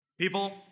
People